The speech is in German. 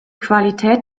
qualität